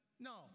No